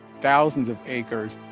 thousands of acres,